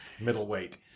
middleweight